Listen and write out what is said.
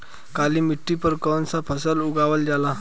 काली मिट्टी पर कौन सा फ़सल उगावल जाला?